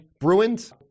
Bruins